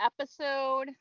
episode